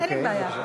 אין לי בעיה.